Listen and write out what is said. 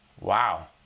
wow